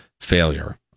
failure